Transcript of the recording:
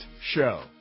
show